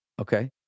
Okay